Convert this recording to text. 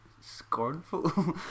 scornful